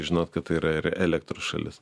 žinot kad tai yra ir elektros šalis